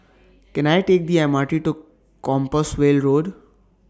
Can I Take The M R T to Compassvale Road